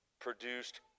produced